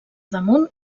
damunt